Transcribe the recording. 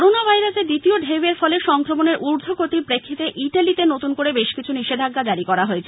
corona ভাইরাসের দ্বিতীয় ঢেউয়ের ফলে সংক্রমণের ঊর্ধ্বগতির প্রেক্ষিতে ইটালীতে নতুন করে বেশ কিছু নিষেধাজ্ঞা জারী করা হয়েছে